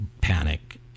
panic